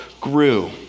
grew